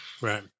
right